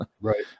right